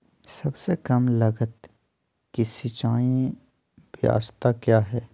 सबसे कम लगत की सिंचाई ब्यास्ता क्या है?